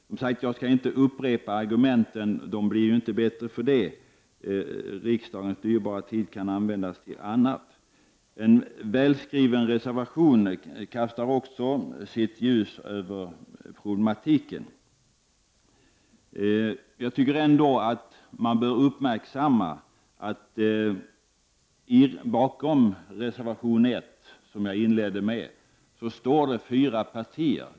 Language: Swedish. Jag skall, som sagt, inte upprepa argumenten, de blir inte bättre för det. Riksdagens dyrbara tid kan användas till annat. En välskriven reservation kastar också sitt ljus över problematiken. Jag tycker ändå att man bör uppmärksamma att bakom reservation 1, som jag inledde med, står fyra partier.